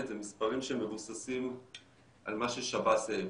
אלה מספרים שמבוססים על מה ששב"ס העביר,